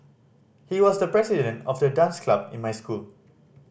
he was the president of the dance club in my school